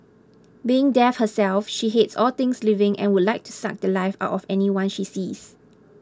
being death herself she hates all things living and would like to suck the Life out of anyone she sees